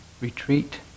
retreat